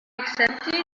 accepting